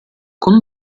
con